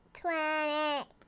Twenty-